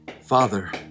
Father